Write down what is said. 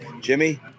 Jimmy